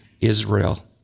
Israel